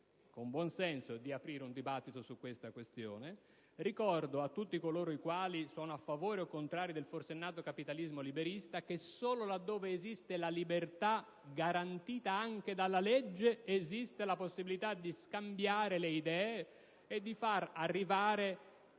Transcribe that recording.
con buon senso di aprire un dibattito su questa tematica. Ricordo a tutti coloro i quali sono a favore o contrari al «forsennato capitalismo liberista» che solo là dove esiste la libertà garantita anche dalla legge esiste la possibilità di scambiare le idee e di far arrivare